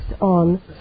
on